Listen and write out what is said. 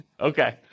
Okay